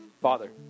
Father